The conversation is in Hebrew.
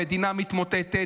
המדינה מתמוטטת.